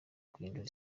guhindura